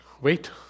wait